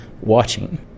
watching